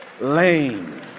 lane